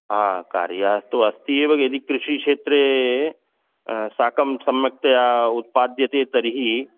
हा कार्यं तु अस्ति एव यदि कृषिक्षेत्रे साकं सम्यक्तया उत्पाद्यते तर्हि